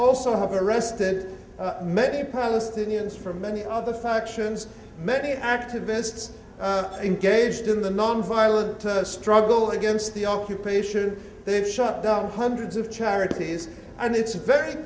also have arrested many palestinians for many of the factions many activists engaged in the nonviolent struggle against the occupation they've shut down hundreds of charities and it's very